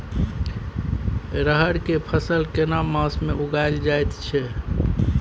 रहर के फसल केना मास में उगायल जायत छै?